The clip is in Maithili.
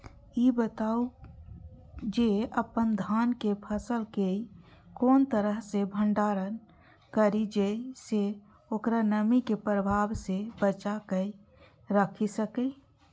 ई बताऊ जे अपन धान के फसल केय कोन तरह सं भंडारण करि जेय सं ओकरा नमी के प्रभाव सं बचा कय राखि सकी?